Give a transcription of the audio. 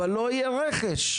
אבל לא יהיה רכש,